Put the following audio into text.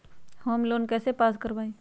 Home loan कैसे pass कर बाबई?